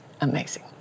amazing